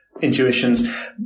intuitions